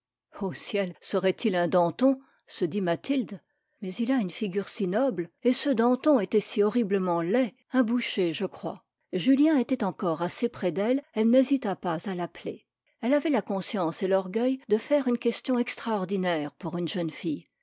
o ciel serait-il un danton se dit mathilde mais il a une figure si noble et ce danton était si horriblement laid un boucher je crois julien était encore assez près d'elle elle n'hésita pas à l'appeler elle avait la conscience et l'orgueil de faire une question extraordinaire pour une jeune fille